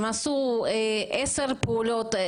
אם הם עשו עשר שאיבות